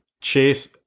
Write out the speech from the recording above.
chase